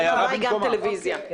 התשובה היא גם טלוויזיה.